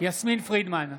יסמין פרידמן,